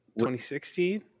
2016